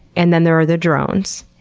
and then there are the drones,